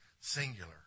singular